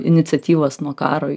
iniciatyvos nuo karo